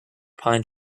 pine